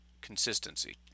consistency